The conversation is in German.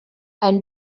ein